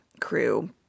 crew